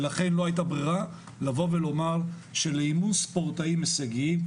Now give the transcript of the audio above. ולכן לא הייתה ברירה אלא לומר שלאימון ספורטאים הישגיים,